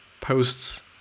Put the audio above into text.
posts